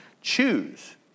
choose